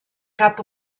cap